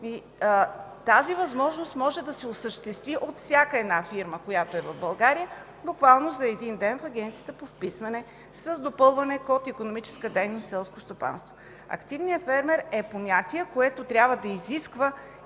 Тази възможност може да се осъществи от всяка една фирма, която е в България, буквално за един ден в Агенцията по вписване с допълване код „Икономическа дейност и селско стопанство”. Активният фермер е понятие, което трябва да изисква